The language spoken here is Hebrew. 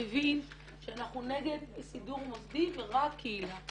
הבין שאנחנו נגד סידור מוסדי ורק קהילה.